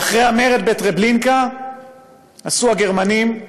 ואחרי המרד בטרבלינקה עשו הגרמנים,